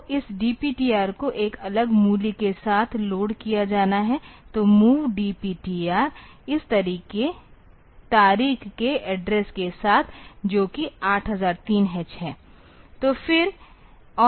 तो इस DPTR को एक अलग मूल्य के साथ लोड किया जाना है तो MOV DPTR इस तारीख के एड्रेस के साथ जो कि 8003 H है